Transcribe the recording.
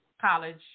college